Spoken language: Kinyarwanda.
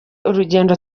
urugendo